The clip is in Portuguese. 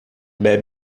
bebe